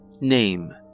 Name